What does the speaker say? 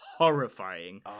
horrifying